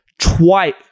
twice